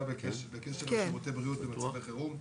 בקשר לשירותי בריאות במצבי חירום,